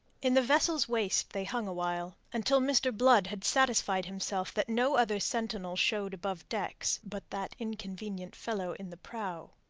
in the vessel's waist they hung awhile, until mr. blood had satisfied himself that no other sentinel showed above decks but that inconvenient fellow in the prow.